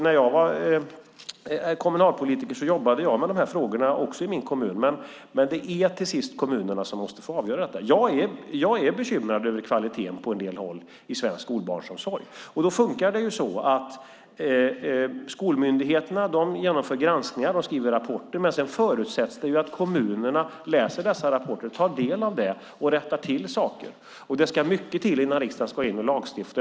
När jag var kommunalpolitiker jobbade jag med dessa frågor också i min kommun, men det är till sist kommunerna som måste få avgöra. Jag är bekymrad över kvaliteten på en del håll i svensk skolbarnsomsorg. Det fungerar så att skolmyndigheterna genomför granskningar och skriver rapporter, men sedan förutsätter vi att kommunerna läser dessa rapporter, tar del av dem och rättar till saker. Det ska mycket till innan riksdagen går in och lagstiftar.